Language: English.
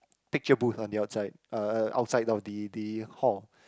picture booth on the outside uh uh outside of the the hall